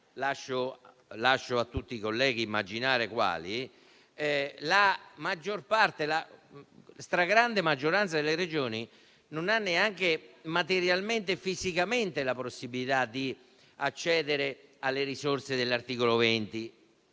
lascio a tutti i colleghi immaginare quali - la stragrande maggioranza delle Regioni non ha neanche materialmente la possibilità di accedere alle risorse dell'articolo 20,